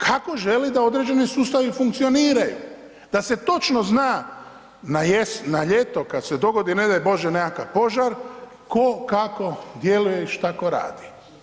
Kako želi da određeni sustavi funkcioniraju, da se točno zna na ljeto kad se dogodi ne daj bože nekakav požar, tko kako djeluje i šta ko radi.